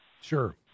Sure